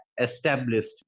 established